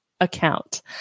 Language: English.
account